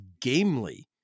gamely